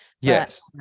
Yes